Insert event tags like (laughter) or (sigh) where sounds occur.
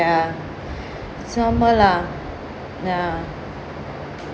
ya (breath) so normal lah ya